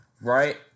right